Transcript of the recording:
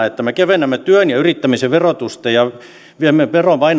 että me kevennämme työn ja yrittämisen verotusta ja viemme